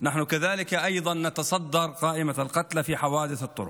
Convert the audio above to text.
אנחנו בראש רשימת ההרוגים.)